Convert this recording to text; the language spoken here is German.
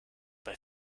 bei